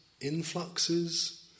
influxes